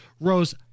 rose